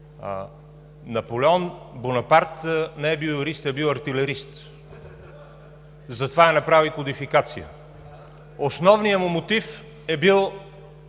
Наполеон Бонапарт не е бил юрист, а е бил артилерист. Затова е направил кодификация. Основният му мотив е бил